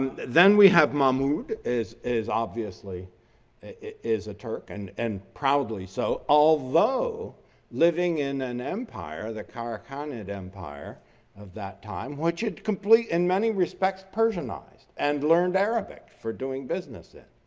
then we have mahmud is is obviously is a turk and and probably so. although living in an empire, the karakhanid empire of that time, which should complete in many respects persianized and learned arabic for doing business in.